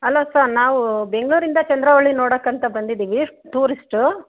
hello sir ನಾವು ಬೆಂಗಳೂರಿಂದ ಚಂದ್ರವಳ್ಳಿ ನೋಡಕ್ಕಂತ ಬಂದಿದ್ದೀವಿ ಟೂರಿಸ್ಟು